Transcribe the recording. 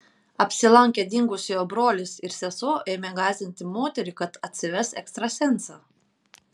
apsilankę dingusiojo brolis ir sesuo ėmė gąsdinti moterį kad atsives ekstrasensą